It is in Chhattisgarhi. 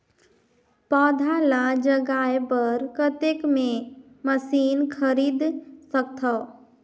पौधा ल जगाय बर कतेक मे मशीन खरीद सकथव?